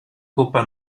coppa